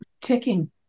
ticking